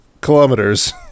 kilometers